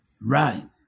Right